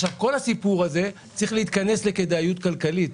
עכשיו כל הסיפור הזה צריך להתכנס לכדאיות כלכלית,